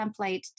template